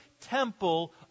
temple